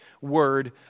word